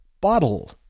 bottle